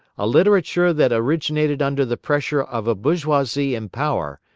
a literature that originated under the pressure of a bourgeoisie in power,